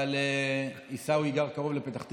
אבל עיסאווי גר קרוב לפתח תקווה,